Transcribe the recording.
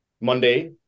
Monday